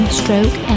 stroke